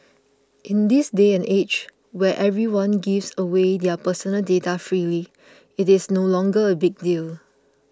in this day and age where everyone gives away their personal data freely it is no longer a big deal